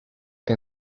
que